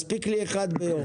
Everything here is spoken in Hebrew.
מספיק לי אחד ביום.